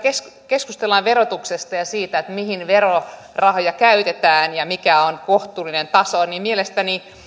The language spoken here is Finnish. keskustellaan verotuksesta ja siitä mihin verorahoja käytetään ja mikä on kohtuullinen taso niin mielestäni